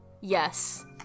Yes